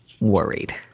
worried